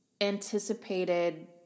anticipated